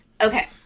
Okay